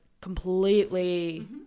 completely